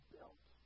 built